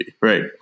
Right